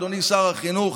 אדוני שר החינוך,